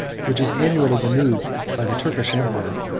which is annually renewed by the turkish emperor,